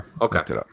Okay